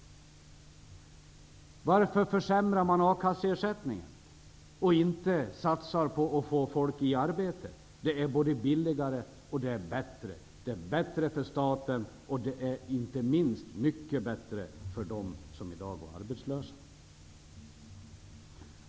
Varför försämrar man ersättningen från a-kassan, och varför satsar man inte på att få människor i arbete? Det är både billigare och bättre. Det är bättre för staten, och det är inte minst mycket bättre för dem som i dag går arbetslösa.